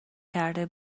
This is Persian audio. کرده